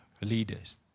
leaders